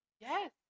Yes